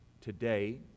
today